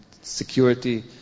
security